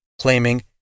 claiming